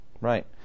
Right